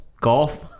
Golf